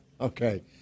Okay